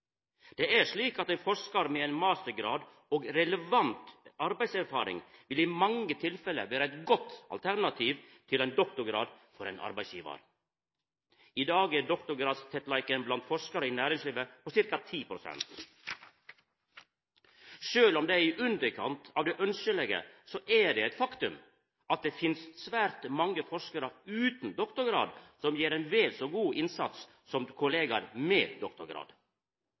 Det er slik at ein forskar med ein mastergrad og relevant arbeidserfaring i mange tilfelle vil vera eit godt alternativ til ein med doktorgrad for ein arbeidsgivar. I dag er doktorgradstettleiken blant forskarar i næringslivet på ca. 10 pst. Sjølv om det er i underkant av det ønskjelege, er det eit faktum at det finst svært mange forskarar utan doktorgrad som gjer ein vel så god innsats som kollegaer med doktorgrad.